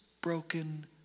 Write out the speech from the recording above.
broken